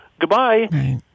goodbye